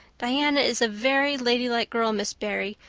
diana is a very ladylike girl, miss barry.